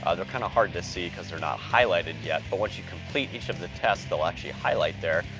ah they're kinda hard to see because they're not highlighted yet but, once you complete each of the tests, they'll actually highlight there.